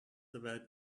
about